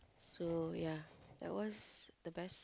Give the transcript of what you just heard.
so ya that was the best